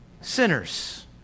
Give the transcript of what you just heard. Sinners